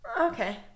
okay